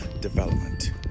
development